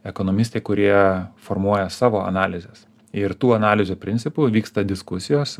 ekonomistai kurie formuoja savo analizes ir tų analizių principu vyksta diskusijos